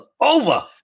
over